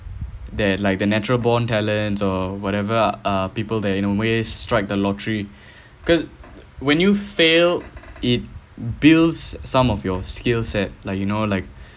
they are like the natural born talents or whatever ah uh people that you know always strike the lottery because when you fail it builds some of your skill set like you know like